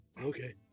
okay